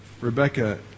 Rebecca